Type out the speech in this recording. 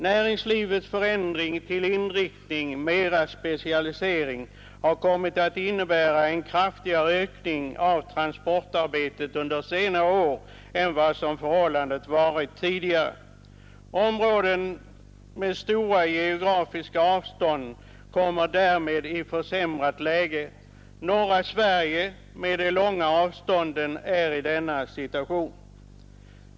Näringslivets förändring till större specialisering har kommit att innebära en kraftigare ökning av transportarbetet under senare år än förhållandet varit tidigare. Områden med stora geografiska avstånd kommer därmed i försämrat läge. Norra Sverige med dess långa avstånd är i denna situation.